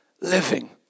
living